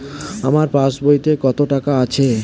আমার পাস বইতে কত টাকা আছে?